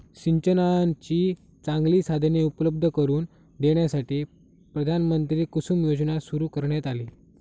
सिंचनाची चांगली साधने उपलब्ध करून देण्यासाठी प्रधानमंत्री कुसुम योजना सुरू करण्यात आली